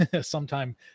sometime